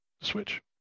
Switch